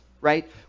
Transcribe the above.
right